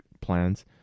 plans